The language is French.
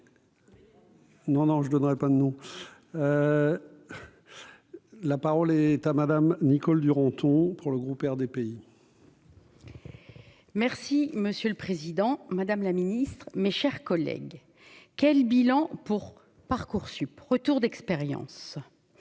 Non, non, je ne donnerai pas de nom, la parole est à madame Nicole Duranton pour le groupe des pays. Merci monsieur le Président, Madame la Ministre, mes chers collègues, quel bilan pour Parcoursup retour d'expérience